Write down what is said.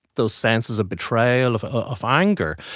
those senses of betrayal, of of anger.